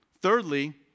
Thirdly